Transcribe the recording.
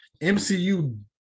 MCU